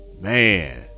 man